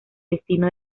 destino